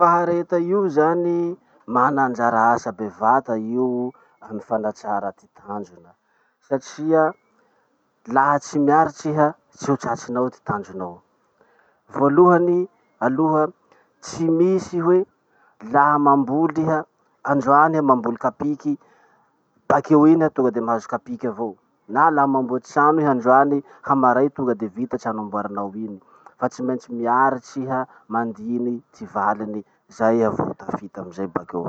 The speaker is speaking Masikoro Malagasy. Fahareta io zany, mana anjara bevata io amy fanatrara ty tanjona. Satria, laha tsy miaritsy iha, tsy ho tratrinao ty tanjonao. Voalohany aloha tsy misy hoe laha mamboly iha, androany iha mamboly kapiky, bakeo iny iha tonga de mahazo kapiky avao. Na laha mamboatsy trano iha androany, hamaray tonga de vita trano amboarinao iny. Fa tsy maintsy miaritsy iha mandiny ty valiny. Zay iha vo tafita amizay bakeo.